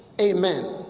amen